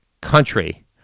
country